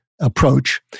approach